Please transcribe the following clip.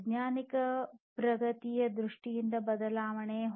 ವೈಜ್ಞಾನಿಕ ಪ್ರಗತಿಯ ದೃಷ್ಟಿಯಿಂದ ಬದಲಾವಣೆ